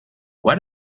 why